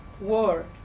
war